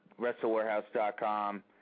WrestleWarehouse.com